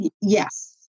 yes